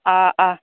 ꯑꯥ ꯑꯥ